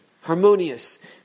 harmonious